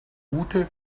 ute